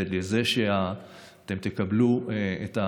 ולזה שאתם תקבלו את,